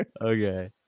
okay